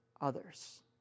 others